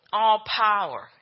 all-power